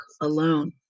alone